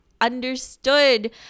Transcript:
understood